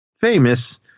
famous